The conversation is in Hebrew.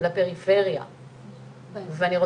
וזה